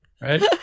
Right